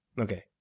Okay